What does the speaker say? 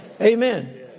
Amen